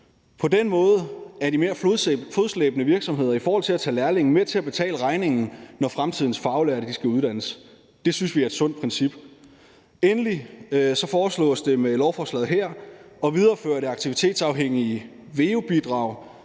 virksomheder, der er fodslæbende i forhold til at tage lærlinge ind, til at være med til at betale regningen, når fremtidens faglærte skal uddannes. Det synes vi er et sundt princip. Endelig foreslås det med lovforslaget her at videreføre det aktivitetsafhængige veu-bidrag,